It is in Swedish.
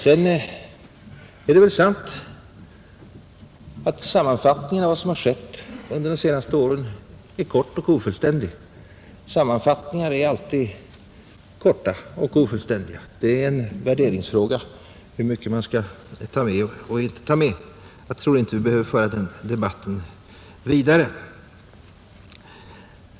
Sedan är det väl sant att sammanfattningen av vad som skett under de senaste åren är kort och ofullständig, men sammanfattningar är alltid korta och ofullständiga. Det är en värderingsfråga hur mycket man skall ta med eller inte ta med. Jag tror inte att vi behöver föra den debatten vidare.